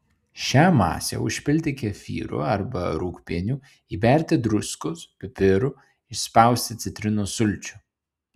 šią masę užpilti kefyru arba rūgpieniu įberti druskos pipirų išspausti citrinos sulčių